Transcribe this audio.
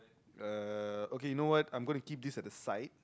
uh okay you know what I'm gonna keep this at the side